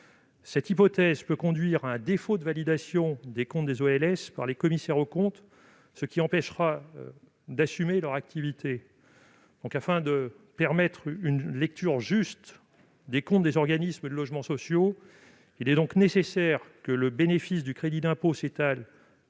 Cette hypothèse peut conduire à un défaut de validation des comptes des OLS par les commissaires aux comptes, ce qui les empêchera d'assumer leur activité. Afin de permettre une lecture juste des comptes des organismes de logements sociaux, il est nécessaire que le bénéfice du crédit d'impôt s'étale,